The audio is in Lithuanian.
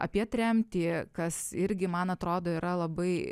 apie tremtį kas irgi man atrodo yra labai